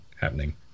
happening